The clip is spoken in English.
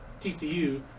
TCU